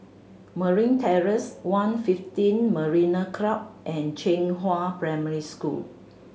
Marine Terrace One Fifteen Marina Club and Zhenghua Primary School